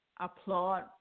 applaud